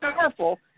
powerful